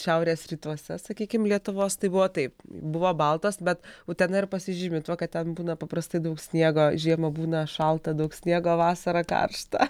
šiaurės rytuose sakykim lietuvos tai buvo taip buvo baltos bet utena ir pasižymi tuo kad ten būna paprastai daug sniego žiemą būna šalta daug sniego vasarą karšta